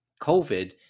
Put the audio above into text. COVID